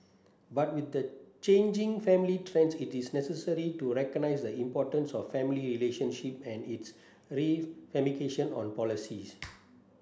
but with the changing family trends it is necessary to recognise the importance of family relationships and its ramification on policies